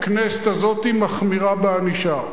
הכנסת הזאת מחמירה בענישה,